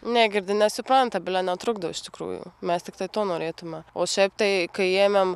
negirdi nesupranta bilia netrukdo iš tikrųjų mes tiktai to norėtume o šiaip tai kai jėjėm